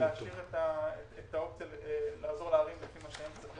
להשאיר את האופציה לעזור לערים לפי מה שהם צריכות.